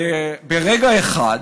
ברגע אחד,